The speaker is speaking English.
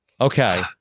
Okay